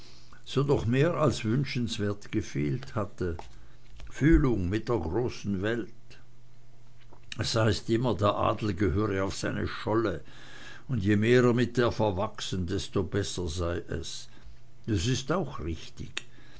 doch mehr als wünschenswert gefehlt hatte fühlung mit der großen welt es heißt immer der adel gehöre auf seine scholle und je mehr er mit der verwachse desto besser sei es das ist auch richtig